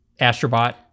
astrobot